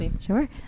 Sure